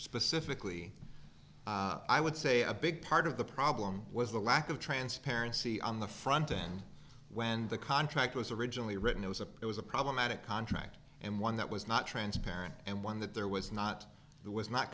specifically i would say a big part of the problem was the lack of transparency on the front end when the contract was originally written it was a it was a problematic contract and one that was not transparent and one that there was not the was not